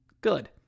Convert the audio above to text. good